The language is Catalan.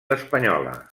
espanyola